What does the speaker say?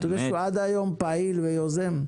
אתה יודע שעד היום הוא פעיל ויוזם.